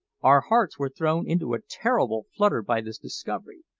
our hearts were thrown into a terrible flutter by this discovery,